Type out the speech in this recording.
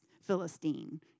Philistine